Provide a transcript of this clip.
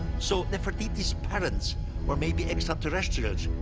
so nefertiti's parents were maybe extraterrestrials.